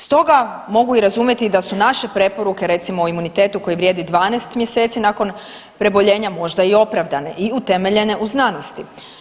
Stoga mogu i razumjeti da su naše preporuke recimo o imunitetu koji vrijedi 12 mjeseci nakon preboljenja možda i opravdane i utemeljene u znanosti.